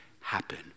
happen